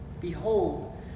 Behold